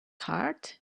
heart